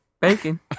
Bacon